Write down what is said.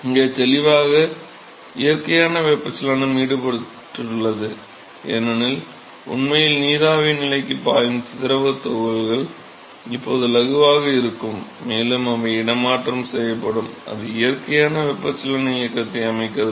இங்கே தெளிவாக இயற்கையான வெப்பச்சலனம் ஈடுபட்டுள்ளது ஏனெனில் உண்மையில் நீராவி நிலைக்கு பாயும் திரவத் துகள்கள் இப்போது இலகுவாக இருக்கும் மேலும் அவை இடமாற்றம் செய்யப்பட வேண்டும் இது இயற்கையான வெப்பச்சலன இயக்கத்தை அமைக்கிறது